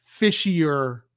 fishier